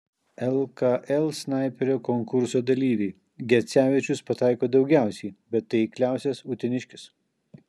lkl snaiperio konkurso dalyviai gecevičius pataiko daugiausiai bet taikliausias uteniškis